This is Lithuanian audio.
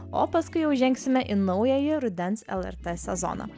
o paskui jau žengsime į naująjį rudens lrt sezoną